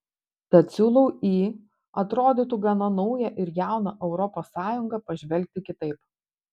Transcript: tad siūlau į atrodytų gana naują ir jauną europos sąjungą pažvelgti kitaip